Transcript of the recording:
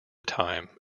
time